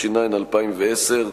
התש"ע 2010,